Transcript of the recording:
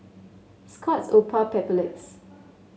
Scott's Oppo Papulex